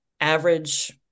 average